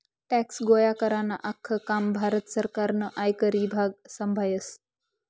tax गोया करानं आख्खं काम भारत सरकारनं आयकर ईभाग संभायस